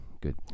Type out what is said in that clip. Good